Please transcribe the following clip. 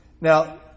Now